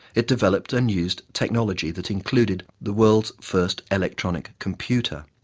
it developed and used technology that included the world's first electronic computer,